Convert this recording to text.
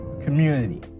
community